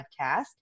podcast